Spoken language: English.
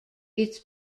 its